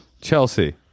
Chelsea